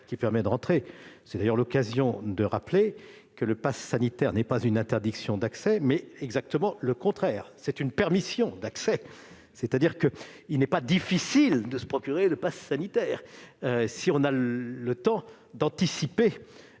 soins sont programmés. C'est d'ailleurs l'occasion de rappeler que le passe sanitaire n'est pas une interdiction d'accès. C'est même exactement le contraire : c'est une permission d'accès ! En effet, il n'est pas difficile de se procurer le passe sanitaire si l'on a le temps d'anticiper